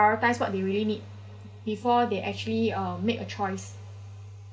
proritised what they really need before they actually uh make a choice